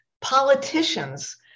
politicians